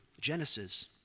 Genesis